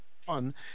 fun